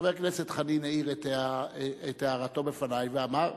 חבר הכנסת חנין העיר את הערתו בפני ואמר: